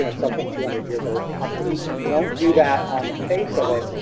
you know something two hundred years old probably won't do that on the face of it.